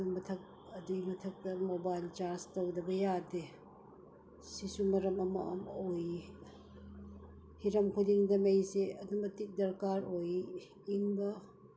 ꯑꯗꯨꯒꯤ ꯃꯊꯛꯇ mobile charge ꯇꯧꯗꯕ ꯌꯥꯗꯦ ꯁꯤꯁꯨ ꯃꯔꯝ ꯑꯃ ꯑꯣꯏꯔꯤ ꯍꯤꯔꯝ ꯈꯨꯗꯤꯡꯗ ꯃꯩꯁꯤ ꯑꯗꯨꯛꯀꯤ ꯃꯇꯤꯛ ꯗꯔꯀꯥꯔ ꯑꯣꯏꯔꯤ ꯏꯪꯕ